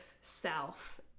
self